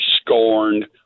scorned